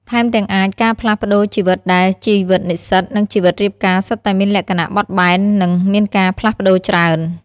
ថែមទាំងអាចការផ្លាស់ប្តូរជីវិតដែល ជីវិតនិស្សិត និងជីវិតរៀបការសុទ្ធតែមានលក្ខណៈបត់បែន និងមានការផ្លាស់ប្តូរច្រើន។